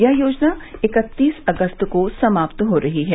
यह योजना इकत्तीस अगस्त को समाप्त हो रही है